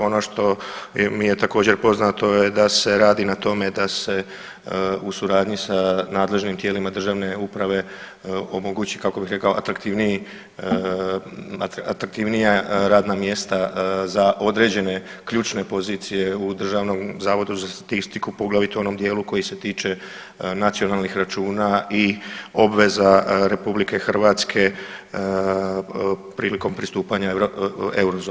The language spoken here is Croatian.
Ono što mi je također poznato da se radi na tome da se u suradnji sa nadležnim tijelima državne uprave omogući kako bih rekao atraktivnija radna mjesta za određene ključne pozicije u Državnom zavodu za statistiku poglavito u onom dijelu koji se tiče nacionalnih računa i obveza Republike Hrvatske prilikom pristupanja euro zoni.